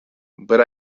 but